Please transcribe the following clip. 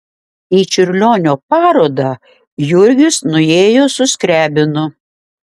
į čiurlionio parodą jurgis nuėjo su skriabinu